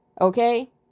Okay